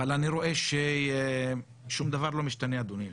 אני רואה ששום דבר לא משתנה, אדוני היושב-ראש.